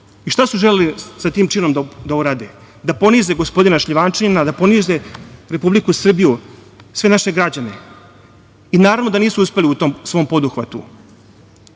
Šta su želeli sa tim činom da urade? Da ponize gospodina Šljivančanina, da ponize Republiku Srbiju, sve naše građane. Naravno da nisu uspeli u tom svom poduhvatu.